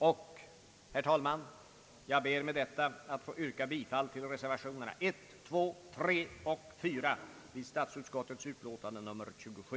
Jag ber med dessa ord, herr talman, att få yrka bifall till reservationerna 1, 2, 3 a och 4 vid statsutskottets utlåtande nr 27.